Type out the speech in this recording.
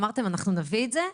אמרתם אנחנו נביא את זה,